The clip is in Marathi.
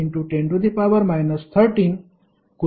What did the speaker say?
61210 13 कुलम्ब मिळेल